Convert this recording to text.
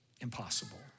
impossible